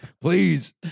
Please